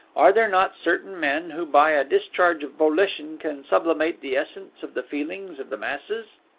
are there not certain men who by a discharge of volition can sublimate the essence of the feelings of the masses?